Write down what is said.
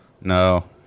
no